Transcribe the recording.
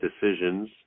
decisions